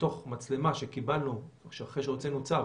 מתוך מצלמה שקיבלנו את התמונות אחרי שהוצאנו צו